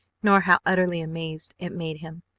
nor how utterly amazed it made him.